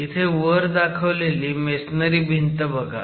इथं वर दाखवलेली मेसनरी भिंत बघा